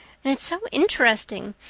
and it's so interesting.